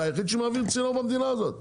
אתה היחיד שמעביר צינור במדינה הזאת?